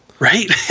Right